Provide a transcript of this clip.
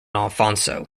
alfonso